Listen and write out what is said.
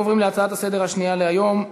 אנחנו עוברים להצעה השנייה לסדר-היום: